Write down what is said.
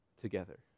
together